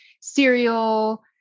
cereal